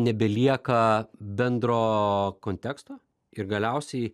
nebelieka bendro konteksto ir galiausiai